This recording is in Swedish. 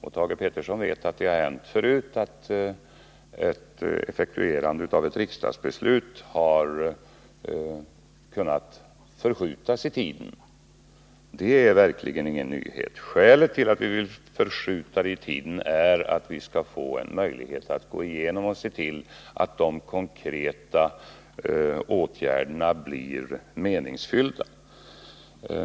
Thage Peterson vet att det har hänt förut att effektuerandet av ett riksdagsbeslut har kunnat förskjutas i tiden; det är verkligen ingen nyhet. Skälet till att vi vill förskjuta det här beslutet i tiden är att vi vill få en möjlighet att gå igenom problemen och se till, att de konkreta åtgärderna blir meningsfyllda.